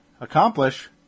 accomplish